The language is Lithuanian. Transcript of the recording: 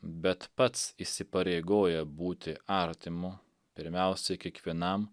bet pats įsipareigoja būti artimu pirmiausia kiekvienam